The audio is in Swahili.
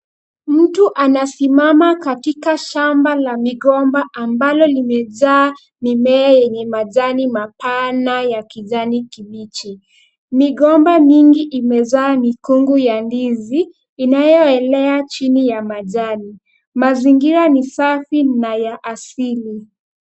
Mtu anasimama katika shamba la migomba ambalo limejaa mimea yenye majani mapana ya kijani kibichi. Migomba mingi imezaa mikungu ya ndizi, inayoelea chini ya majani. Mazingira ni safi na ya asili.